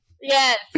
yes